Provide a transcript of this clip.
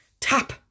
tap